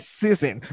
season